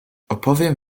opowiem